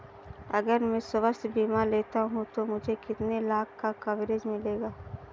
अगर मैं स्वास्थ्य बीमा लेता हूं तो मुझे कितने लाख का कवरेज मिलेगा?